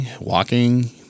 walking